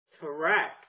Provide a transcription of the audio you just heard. Correct